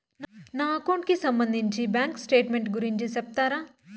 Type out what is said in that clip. నా అకౌంట్ కి సంబంధించి బ్యాంకు స్టేట్మెంట్ గురించి సెప్తారా